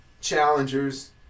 challengers